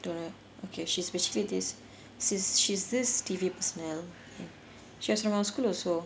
don't know okay she's basically this sister she's this T_V personnel she was from our school also